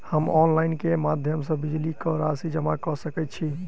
हम ऑनलाइन केँ माध्यम सँ बिजली कऽ राशि जमा कऽ सकैत छी?